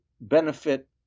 benefit